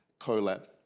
collab